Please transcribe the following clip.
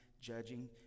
judging